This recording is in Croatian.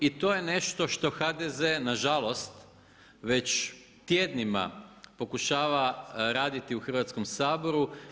I to je nešto što HDZ, nažalost, već tjednima pokušava raditi u Hrvatskom saboru.